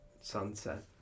sunset